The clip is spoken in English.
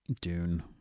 Dune